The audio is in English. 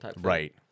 Right